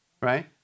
right